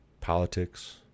politics